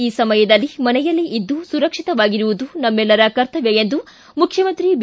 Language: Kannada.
ಈ ಸಮಯದಲ್ಲಿ ಮನೆಯಲ್ಲೇ ಇದ್ದು ಸುರಕ್ಷಿತವಾಗಿರುವುದು ನಮ್ಮೆಲ್ಲರ ಕರ್ತವ್ತ ಎಂದು ಮುಖ್ಯಮಂತ್ರಿ ಬಿ